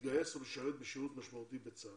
להתגייס ולשרת שירות משמעותי בצה"ל.